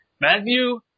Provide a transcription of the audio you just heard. Matthew